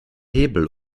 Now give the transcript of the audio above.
hebel